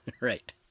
right